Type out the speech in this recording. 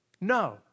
No